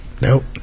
Nope